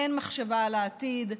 אין מחשבה על העתיד,